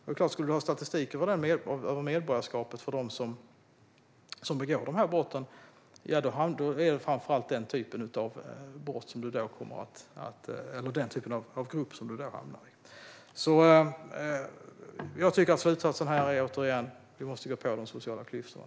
Om du skulle titta på statistik över medborgarskapet för dem som begår dessa brott är det klart att du framför allt skulle se denna typ av grupp. Jag tycker att slutsatsen är att vi måste gå på de sociala klyftorna.